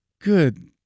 Good